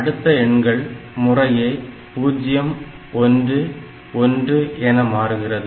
அடுத்த எண்கள் முறையை 011 என மாறுகிறது